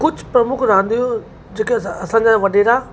कुझु प्रमुख रांदियूं जेके असां असांजा वॾेरा